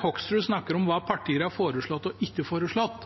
Hoksrud snakker om hva partier har foreslått og ikke foreslått.